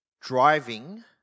driving